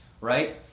right